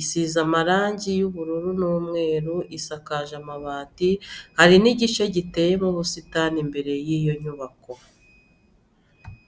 isize amarangi y'ubururu n'umweru isakaje amabati, hari n'igice giteyemo ubusitani imbere y'iyo nyubako.